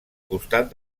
costat